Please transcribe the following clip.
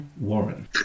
Warren